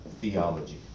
theology